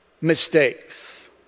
mistakes